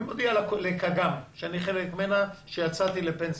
אני מודיע לקג"מ, שאני חלק ממנה, שיצאתי לפנסיה.